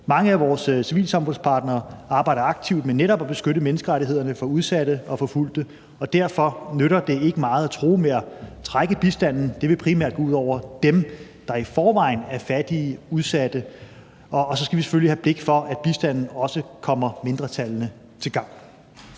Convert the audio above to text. Mange af vores civilsamfundspartnere arbejder aktivt med netop at beskytte menneskerettighederne for udsatte og forfulgte, og derfor nytter det ikke meget at true med at trække i bistanden – det vil primært gå ud over dem, der i forvejen er fattige og udsatte. Og så skal vi selvfølgelig have blik for, at bistanden også kommer mindretallene til gavn.